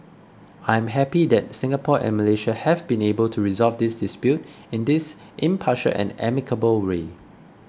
I am happy that Singapore and Malaysia have been able to resolve this dispute in this impartial and amicable way